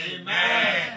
Amen